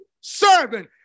serving